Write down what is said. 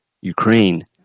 Ukraine